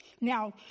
Now